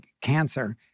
cancer